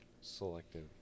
selective